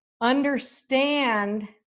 understand